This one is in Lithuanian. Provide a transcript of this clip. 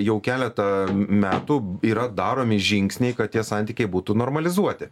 jau keletą metų yra daromi žingsniai kad tie santykiai būtų normalizuoti